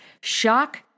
Shock